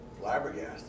flabbergasted